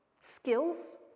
Skills